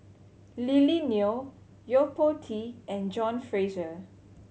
Lily Neo Yo Po Tee and John Fraser